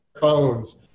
phones